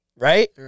Right